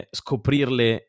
scoprirle